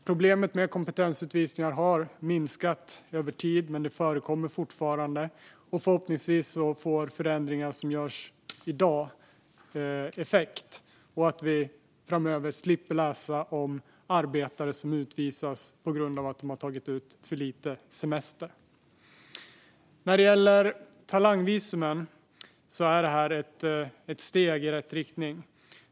Problemet med kompetensutvisningar har minskat över tiden, men det förekommer fortfarande. Förhoppningsvis får den förändring som görs i dag effekt, så att vi framöver slipper läsa om arbetstagare som utvisas på grund av att de har tagit ut för lite semester. Talangvisumen är ett steg i rätt riktning.